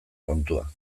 kontua